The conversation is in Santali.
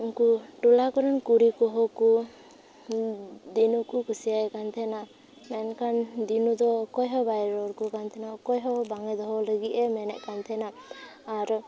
ᱩᱱᱠᱩ ᱴᱚᱞᱟ ᱠᱚᱨᱮᱱ ᱠᱩᱲᱤ ᱠᱚᱦᱚᱸ ᱠᱚ ᱫᱤᱱᱩ ᱠᱚ ᱠᱩᱥᱤᱣᱟᱭ ᱠᱟᱱ ᱛᱟᱦᱮᱱᱟ ᱢᱮᱱᱠᱷᱟᱱ ᱫᱤᱱᱩ ᱫᱚ ᱚᱠᱚᱭ ᱦᱚᱸ ᱵᱟᱭ ᱨᱚᱲ ᱟᱠᱚ ᱠᱟᱱ ᱛᱟᱦᱮᱱᱟ ᱚᱠᱚᱭ ᱦᱚᱸ ᱵᱟᱝ ᱫᱚᱦᱚ ᱞᱟᱹᱜᱤᱫᱼᱮ ᱢᱮᱱᱮᱫ ᱠᱟᱱ ᱛᱟᱦᱮᱱᱟ ᱟᱨ